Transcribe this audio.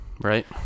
Right